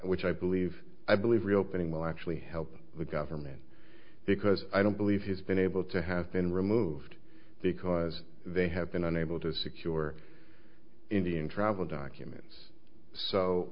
which i believe i believe reopening will actually help the government because i don't believe he's been able to have been removed because they have been unable to secure indian travel documents so